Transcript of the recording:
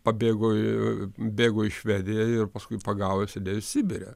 pabėgo bėgo į švediją ir paskui pagavus sėdėjo sibire